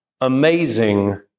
Amazing